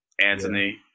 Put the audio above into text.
Anthony